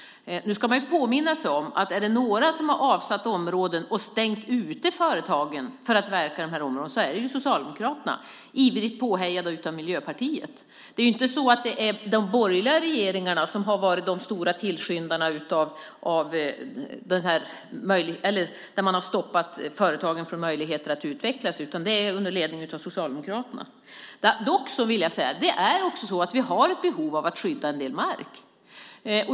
Nu ska man emellertid komma ihåg att om det är några som avsatt områden och därmed stängt ute företagen från att verka i dessa områden så är det Socialdemokraterna, ivrigt påhejade av Miljöpartiet. Det är inte de borgerliga regeringarna som varit de stora tillskyndarna av sådana områden, områden där företagen stoppats från möjligheterna att utvecklas, utan det har skett under ledning av Socialdemokraterna. Jag vill också säga att vi har ett behov av att skydda en del mark.